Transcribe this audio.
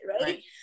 Right